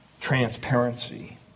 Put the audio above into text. transparency